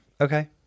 Okay